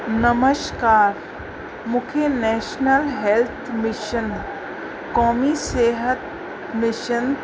नमश्कार मूंखे national health mission क़ौमी सिहत मिशन